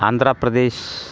आन्ध्रप्रदेशः